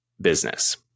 business